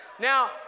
Now